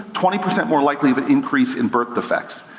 twenty percent more likely of increase in birth defects.